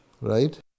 right